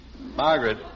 Margaret